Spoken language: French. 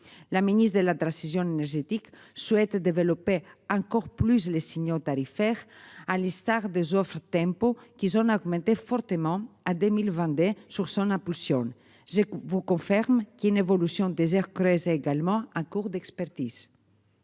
La ministre de la de rescision énergétique souhaite développer encore plus les signaux tarifaires. À l'instar des offres Tempo qu'ils en ont augmenté fortement, à 2000, vendait sous son impulsion, je vous confirme qu'il n'évolution désert. Également un cours d'expertise.